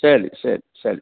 ശരി ശരി ശരി